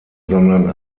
sondern